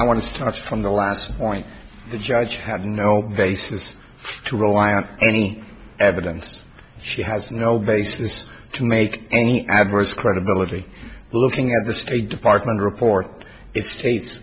i want to start from the last point the judge had no basis to rely on any evidence she has no basis to make any adverse credibility looking at the state department report it states